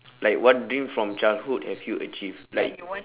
like what dream from childhood have you achieved like